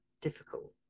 difficult